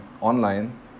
online